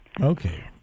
Okay